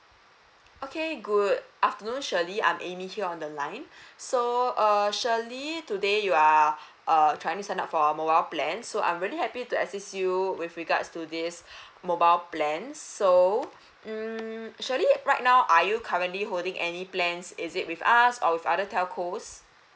okay good afternoon shirley I am amy here on the line so uh shirley today you are uh trying to sign up for a mobile plan so I am really happy to assist you with regards to this mobile plan so mm shirley right now are you currently holding any plans is it with us or with other telcos